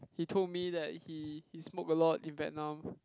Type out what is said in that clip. he told me that he he smoke a lot in Vietnam